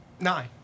Nine